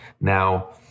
now